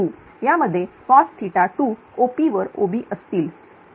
यामध्ये cos2 OP वर OB असतील